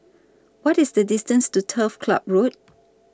What IS The distance to Turf Ciub Road